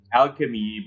alchemy